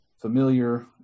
familiar